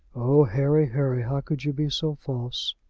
oh, harry, harry, how could you be so false?